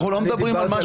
אני דיברתי על